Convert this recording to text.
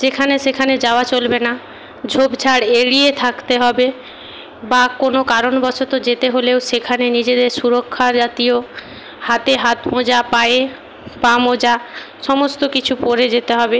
যেখানে সেখানে যাওয়া চলবে না ঝোপ ঝাড় এড়িয়ে থাকতে হবে বা কোনো কারণবশত যেতে হলেও সেখানে নিজেদের সুরক্ষা জাতীয় হাতে হাত মোজা পায়ে পা মোজা সমস্ত কিছু পরে যেতে হবে